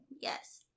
Yes